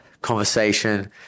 conversation